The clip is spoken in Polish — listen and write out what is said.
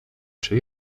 czy